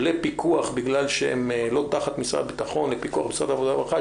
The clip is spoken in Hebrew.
לפיקוח משרד העבודה והרווחה,